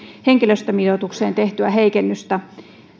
henkilöstömitoitukseen tehtyä heikennystä